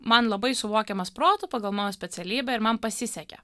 man labai suvokiamas protu pagal mano specialybę ir man pasisekė